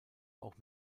auch